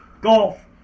Golf